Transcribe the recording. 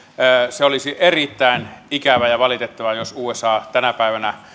se olisi erittäin ikävää ja valitettavaa jos usa tänä päivänä